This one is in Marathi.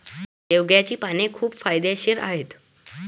शेवग्याची पाने खूप फायदेशीर आहेत